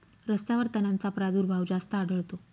रस्त्यांवर तणांचा प्रादुर्भाव जास्त आढळतो